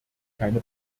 keine